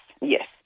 yes